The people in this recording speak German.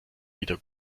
wieder